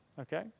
Okay